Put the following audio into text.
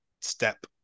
step